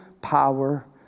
power